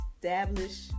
Establish